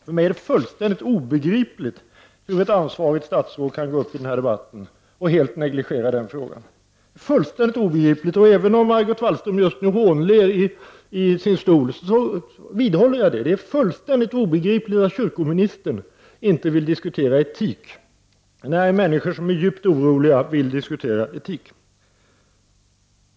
För mig är det fullständigt obegripligt hur ett ansvarigt statsråd kan gå upp i debatten och helt negligera denna fråga. Även om Margot Wallström just nu hånler i sin stol vidhåller jag att det är fullständigt obegripligt att kyrkoministern inte vill diskutera etik när människor som är djupt oroliga vill göra det.